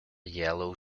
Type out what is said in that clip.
yellow